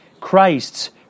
Christ's